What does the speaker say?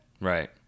Right